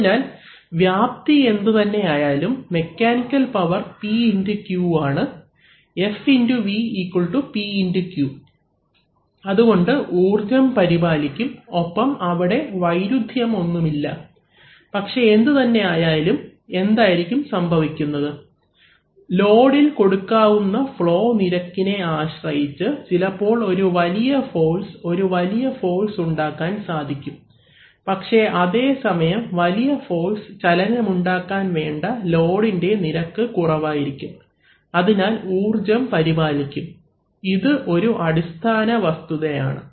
അതിനാൽ വ്യാപ്തി എന്തുതന്നെയായാലും mechanical power P x Q ആണ് F x V P x Q അതുകൊണ്ട് ഊർജം പരിപാലിക്കും ഒപ്പം അവിടെ വൈരുദ്ധ്യം ഒന്നുമില്ല പക്ഷേ എന്തുതന്നെയായാലും എന്തായിരിക്കും ശരിക്കും സംഭവിക്കുന്നത് ലോഡിൽ കൊടുക്കാവുന്ന ഫ്ളോ നിരക്കിനെ ആശ്രയിച്ച് ചിലപ്പോൾ ഒരു വലിയ ഫോഴ്സ് ഒരു വലിയ ഫോഴ്സ് ഉണ്ടാക്കാൻ സാധിക്കും പക്ഷേ അതേ സമയം വലിയ ഫോഴ്സ് ചലനമുണ്ടാക്കാൻ വേണ്ട ലോഡിൻറെ നിരക്ക് കുറവായിരിക്കും അതിനാൽ ഊർജ്ജം പരിപാലിക്കും ഇത് ഒരു അടിസ്ഥാന വസ്തുത ആണ്